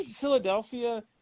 Philadelphia